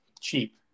cheap